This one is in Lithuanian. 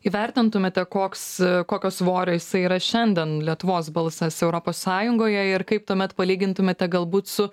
įvertintumėte koks kokio svorio jisai yra šiandien lietuvos balsas europos sąjungoje ir kaip tuomet palygintumėte galbūt su